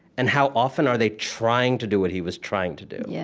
and how often are they trying to do what he was trying to do? yeah